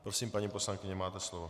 Prosím, paní poslankyně, máte slovo.